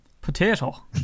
potato